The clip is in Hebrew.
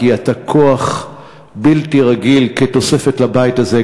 כי אתה כוח בלתי רגיל כתוספת לבית הזה,